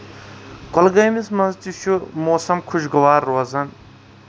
کۄلگٲمِس منٛز تہِ چھُ موسُم خۄشگوار روزان